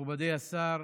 מכובדי השר,